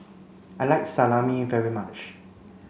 I like Salami very much